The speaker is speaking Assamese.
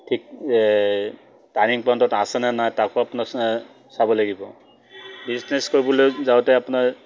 ঠিক টাৰ্ণিং পইণ্টত আছেনে নাই তাকো আপোনাৰ চাব লাগিব বিজনেছ কৰিবলৈ যাওঁতে আপোনাৰ